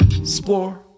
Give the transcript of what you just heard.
explore